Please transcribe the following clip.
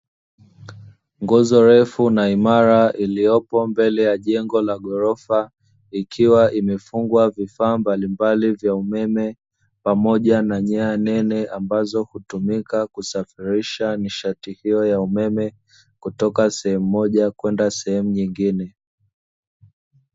Nguzo refu na imara iliyopo mbele ya jengo la ghorofa, ikiwa imefungwa vifaa mbalimbali vya umeme, pamoja na nyaya nene ambazo hutumika kusafirisha nishati hiyo ya umeme kutoka sehemu moja kwenda sehemu nyingine.